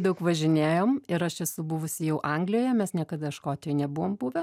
daug važinėjom ir aš esu buvusi jau anglijoje mes niekada škotijoj nebuvom buvę